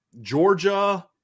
Georgia